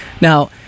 Now